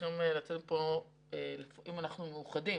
אם אנחנו מאוחדים